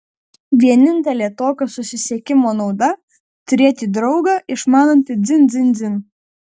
vienintelė tokio susisiekimo nauda turėti draugą išmanantį dzin dzin dzin